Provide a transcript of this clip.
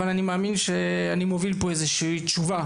אבל אני מאמין שאני מוביל פה איזושהי תשובה,